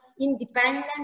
independent